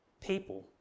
people